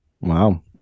Wow